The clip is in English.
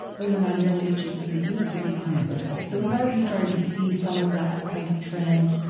those are not nearly as cheap as they used to be on amazon, so we've already started to see some of that kind of trend.